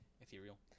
ethereal